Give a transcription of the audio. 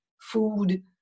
food